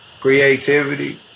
Creativity